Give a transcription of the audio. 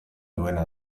duena